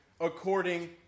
according